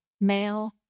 Male